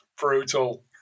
brutal